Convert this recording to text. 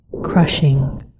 crushing